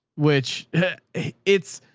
which it's,